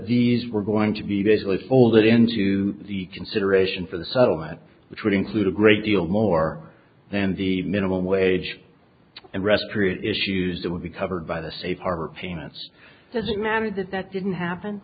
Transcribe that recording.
these were going to be visually folded into the consideration for the settlement which would include a great deal more than the minimum wage and rest period issues that would be covered by the safe harbor payments does it matter that that didn't happen